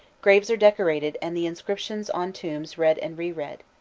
graves are decorated, and the inscriptions on tombs read and reread.